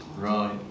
Right